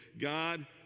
God